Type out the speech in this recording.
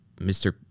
Mr